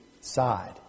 side